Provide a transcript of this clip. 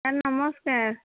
sir ନମସ୍କାର